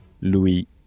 Louis